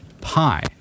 Pi